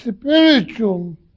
spiritual